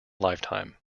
lifetime